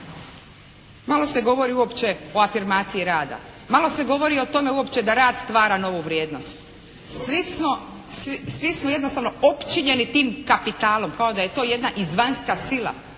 Malo se govori uopće o afirmaciji rada, malo se govori o tome uopće da rad stvara novu vrijednost. Svi smo jednostavno opčinjeni tim kapitalom, kao da je to jedna izvanjska sila,